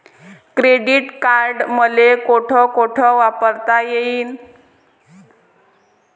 Credit card मले कोठ कोठ वापरता येईन?